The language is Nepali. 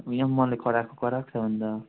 उ यहाँ पनि मलाई कराएको कराएको छ अन्त